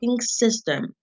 system